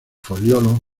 foliolos